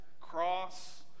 cross